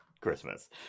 Christmas